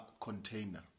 container